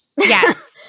Yes